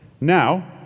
Now